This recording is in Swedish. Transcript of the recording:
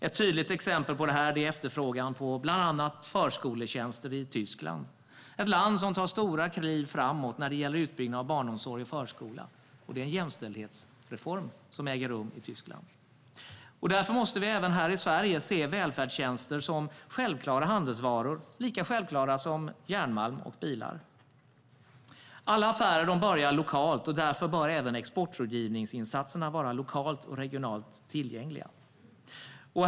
Ett tydligt exempel på det är efterfrågan på förskoletjänster i Tyskland, ett land som tar stora kliv framåt när det gäller utbyggnad av barnomsorg och förskola - det är en jämställdhetsreform som äger rum i Tyskland - och därför måste vi i Sverige se välfärdstjänster som självklara handelsvaror, lika självklara som järnmalm och bilar. Alla affärer börjar lokalt. Därför bör även exportrådgivningsinsatserna vara lokalt och regionalt tillgängliga.